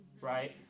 right